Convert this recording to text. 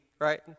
right